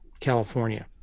California